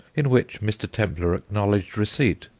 in which mr. templar acknowledged receipt.